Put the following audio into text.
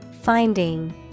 Finding